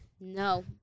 No